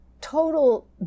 total